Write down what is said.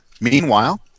Meanwhile